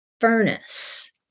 furnace